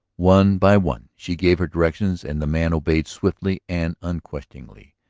one by one she gave her directions and the man obeyed swiftly and unquestioningly.